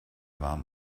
warm